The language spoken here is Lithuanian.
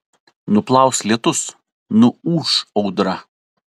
nuplaus lietus nuūš audra